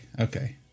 okay